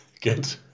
good